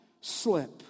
slip